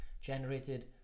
generated